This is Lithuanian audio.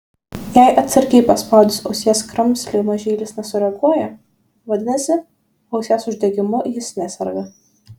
jei atsargiai paspaudus ausies kramslį mažylis nesureaguoja vadinasi ausies uždegimu jis neserga